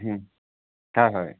হয় হয়